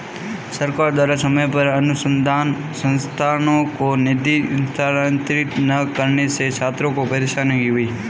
सरकार द्वारा समय पर अनुसन्धान संस्थानों को निधि स्थानांतरित न करने से छात्रों को परेशानी हुई